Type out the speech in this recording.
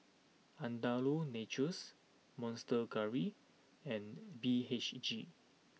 Andalou Naturals Monster Curry and B H G